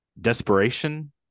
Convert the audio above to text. desperation